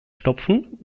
stopfen